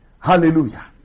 Hallelujah